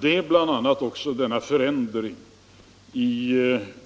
Det är bl.a. också denna förändring i